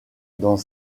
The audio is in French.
dans